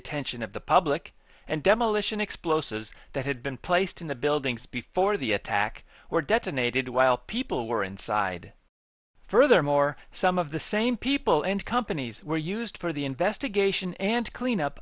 attention of the public and demolition explosives that had been placed in the buildings before the attack were detonated while people were inside furthermore some of the same people and companies were used for the investigation and cleanup